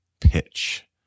pitch